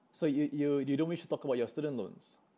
so you you you don't wish to talk about your student loans